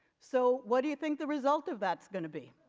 so what do you think the result of that going to be